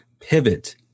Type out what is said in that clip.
pivot